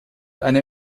einem